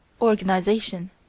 organization